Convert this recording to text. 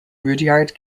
rudyard